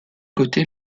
côté